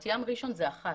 בת ים-ראשון לציון, זאת אחת.